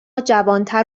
جوانتر